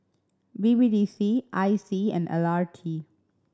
B B D C I C and L R T